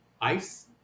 Ice